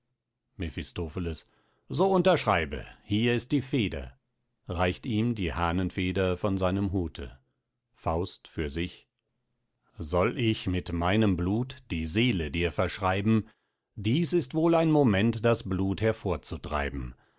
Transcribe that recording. mephistopheles so unterschreibe hier ist die feder reicht ihm die hahnenfeder von seinem hute faust für sich soll ich mit meinem blut die seele dir verschreiben dieß ist wohl ein moment das blut hervorzutreiben